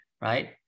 right